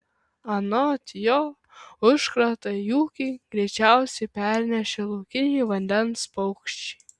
anot jo užkratą į ūkį greičiausiai pernešė laukiniai vandens paukščiai